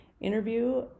interview